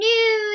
New